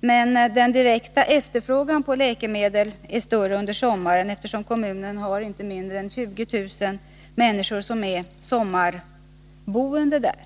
Men den direkta efterfrågan på läkemedel är större under sommaren, eftersom det finns inte mindre än 20 000 människor som är sommarboende i kommunen.